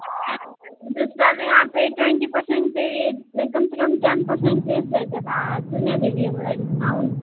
दूसरा जगहपे ट्वेन्टी परसेन्टके कमसँ कम टेन परसेन्ट रेट तू नहि देबही हमरा डिस्काउन्ट